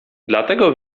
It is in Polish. dlatego